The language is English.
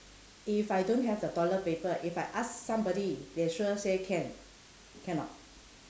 if I don't have the toilet paper if I ask somebody they sure say can can or not